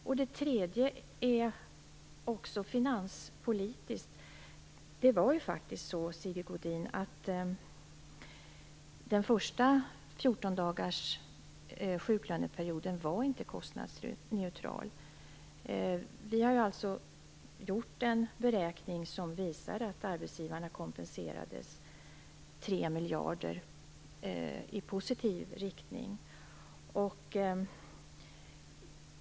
För det tredje är detta också finanspolitiskt. Den första 14-dagars sjuklöneperioden var faktiskt inte kostnadsneutral, Sigge Godin. Det har gjorts en beräkning som visar att arbetsgivarna kompenserades med 3 miljarder kronor i positiv riktning.